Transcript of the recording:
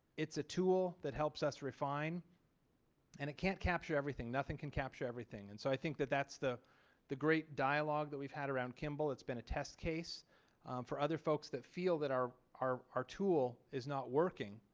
it's a tool that helps us refine and it can't capture everything nothing can capture everything. and so i think that that's the the great dialogue that we've had around kimball it's been a test case for other folks that feel that our are our tool is not working.